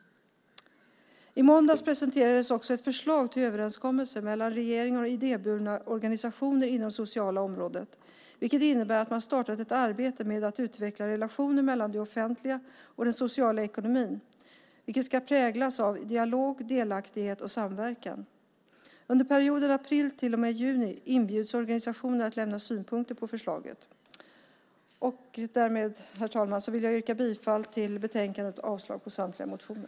I måndags presenterades ett förslag till överenskommelse mellan regeringen och idéburna organisationer inom det sociala området, vilket innebär att man har startat ett arbete med att utveckla relationer mellan det offentliga och den sociala ekonomin. Detta ska präglas av dialog, delaktighet och samverkan. Under perioden april till och med juni inbjuds organisationer att lämna synpunkter på förslaget. Därmed, herr talman, yrkar jag bifall till utskottets förslag i betänkandet och avslag på samtliga motioner.